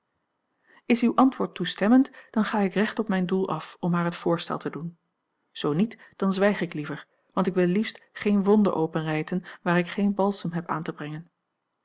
is uw antwoord toestemmend dan ga ik recht op mijn doel af om haar het voorstel te doen zoo niet dan zwijg ik liever want ik wil liefst geen wonde openrijten waar ik geen balsem heb aan te brena